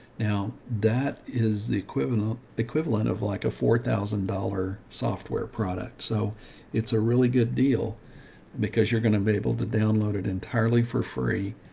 now that is the equivalent equivalent of like a four thousand dollars software product. so it's a really good deal because you're going to be able to download it entirely for free.